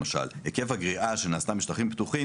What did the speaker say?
למשל: "היקף הגריעה שנעשתה משטחים פתוחים",